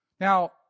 Now